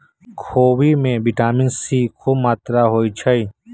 खोबि में vitamin C खूब मत्रा होइ छइ